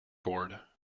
board